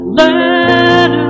let